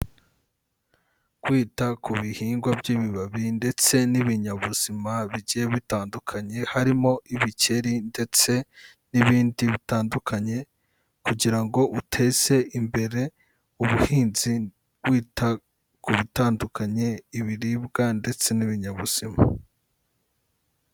Kwita ku bihingwa by'ibibabi ndetse n'ibinyabuzima bigiye bitandukanye harimo ibikeri ndetse n'ibindi bitandukanye kugira ngo uteze imbere ubuhinzi wita ku bitandukanye, ibiribwa ndetse n'ibinyabuzima.